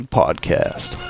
podcast